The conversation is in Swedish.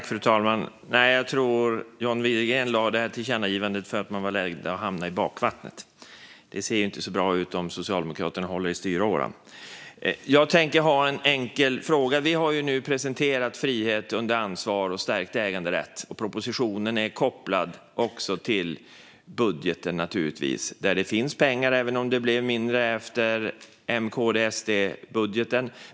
Fru talman! Jag tror att John Widegren lade fram förslaget till tillkännagivande för att man var rädd att hamna i bakvattnet. Det ser inte så bra ut om Socialdemokraterna håller i styråran. Jag tänker ställa en enkel fråga. Vi har nu presenterat frihet under ansvar och stärkt äganderätt. Propositionen är också kopplad till budgeten. Det finns pengar, även om det blev mindre efter M-KD-SD-budgeten.